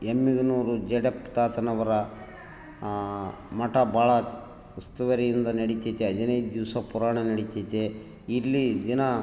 ಎಮ್ಮಿಗನೂರು ಜಡೆಪ್ಪ ತಾತನವರ ಮಠ ಭಾಳ ಉಸ್ತುವಾರಿಂದ ನಡಿತೈತೆ ಹದಿನೈದು ದಿವಸ ಪುರಾಣ ನಡಿತೈತೆ ಇಲ್ಲಿ ದಿನಾ